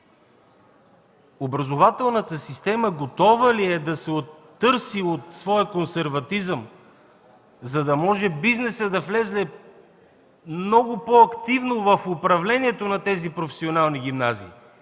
образователната система готова ли е да се отърси от своя консерватизъм, за да може бизнесът да влезе много по-активно в управлението на тези професионални гимназии?